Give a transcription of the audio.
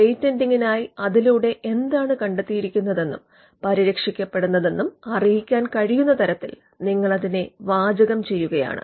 എന്നാൽ പേറ്റന്റിംഗിനായി അതിലൂടെ എന്താണ് കണ്ടെത്തിയിരിക്കുന്നതെന്നും പരിരക്ഷിക്കപ്പെട്ടിരിക്കുന്നതെന്നും അറിയിക്കാൻ കഴിയുന്ന തരത്തിൽ നിങ്ങൾ അതിനെ വാചകം ചെയ്യുകയാണ്